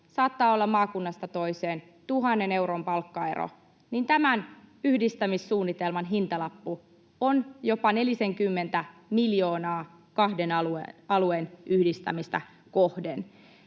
saattaa olla maakunnasta toiseen 1 000 euron palkkaero, niin tämän yhdistämissuunnitelman hintalappu on jopa nelisenkymmentä miljoonaa kahden alueen yhdistämistä kohden.